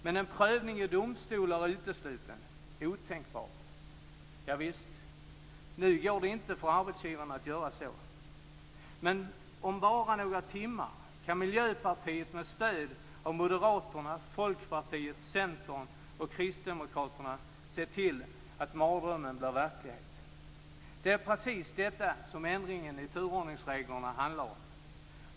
Men en prövning i domstol är utesluten. Otänkbart? Javisst, nu går det inte för arbetsgivaren att göra så. Men om bara några timmar kan Miljöpartiet med stöd av Moderaterna, Folkpartiet, Centern och Kristdemokraterna se till att mardrömmen blir verklighet. Det är precis detta som ändringen i turordningsreglerna handlar om.